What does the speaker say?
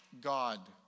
God